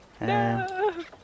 No